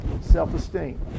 self-esteem